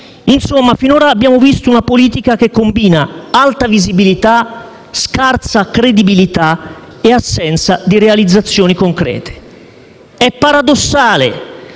Insomma, finora abbiamo visto una politica che combina alta visibilità, scarsa credibilità e assenza di realizzazioni concrete. È paradossale